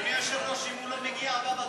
אדוני היושב-ראש, אם הוא לא מגיע, הבא בתור.